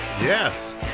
Yes